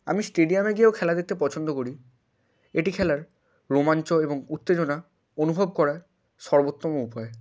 আমি স্টেডিয়ামে গিয়েও খেলা দেখতে পছন্দ করি এটি খেলার রোমাঞ্চ এবং উত্তেজনা অনুভব করার সর্বোত্তম উপায়